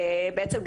בעצם,